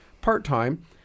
part-time